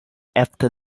after